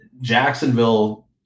Jacksonville